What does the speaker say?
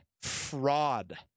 Fraud